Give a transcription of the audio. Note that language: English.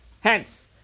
Hence